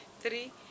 three